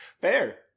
Fair